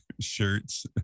shirts